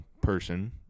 person